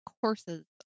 courses